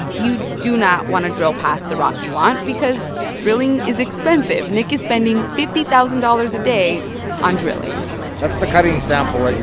you do not want to drill past the rock you want because drilling is expensive. nick is spending fifty thousand dollars a day on drilling that's the cutting sample yeah